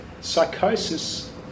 Psychosis